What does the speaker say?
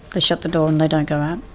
shut the door and they don't go out.